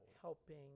helping